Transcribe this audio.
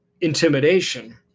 intimidation